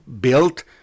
built